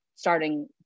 Starting